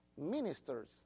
ministers